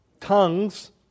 tongues